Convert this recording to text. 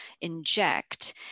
inject